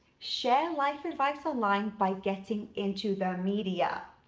share life advice online by getting into the media.